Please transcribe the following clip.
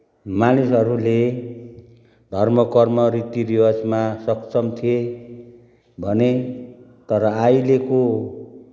मानिसहरूले धर्म कर्म रितीरिवाजमा सक्षम थिए भने तर अहिलेको